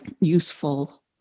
useful